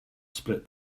split